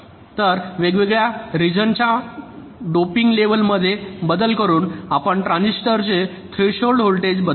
तर वेगवेगळ्या रिजन च्या डोपिंग लेवल मध्ये बदल करून आपण ट्रान्झिस्टरचे थ्रेशोल्ड व्होल्टेज बदलू शकता